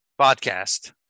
podcast